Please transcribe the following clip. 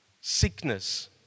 sickness